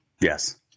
Yes